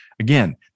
again